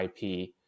IP